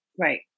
Right